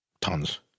tons